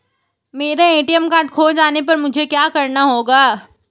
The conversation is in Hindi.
मेरा ए.टी.एम कार्ड खो जाने पर मुझे क्या करना होगा?